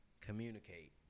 Communicate